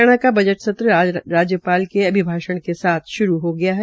हरियाणा का बजट सत्र आज राज्यपाल के अभिभाषण के साथ श्रू हो गया है